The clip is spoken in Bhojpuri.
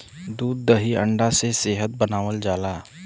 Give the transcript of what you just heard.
दूध दही अंडा से सेहत बनावल जाला